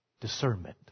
discernment